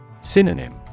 Synonym